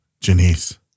Janice